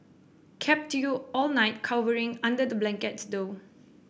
kept you up all night cowering under the blankets though